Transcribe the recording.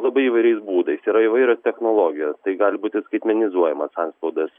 labai įvairiais būdais yra įvairios technologijos tai gali būti skaitmenizuojamas antspaudas